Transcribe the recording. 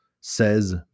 says